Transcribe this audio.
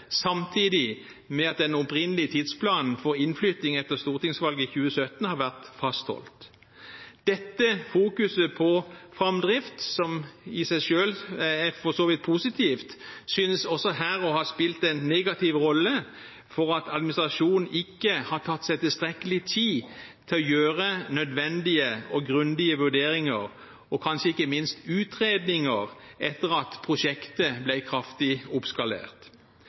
samtidig med at den opprinnelige tidsplanen for innflytting etter stortingsvalget i 2017 har vært fastholdt. Dette fokuset på framdrift, som i seg selv for så vidt er positivt, synes også her å ha spilt en negativ rolle for at administrasjonen ikke har tatt seg tilstrekkelig tid til å gjøre nødvendige og grundige vurderinger, og kanskje ikke minst utredninger, etter at prosjektet ble kraftig oppskalert.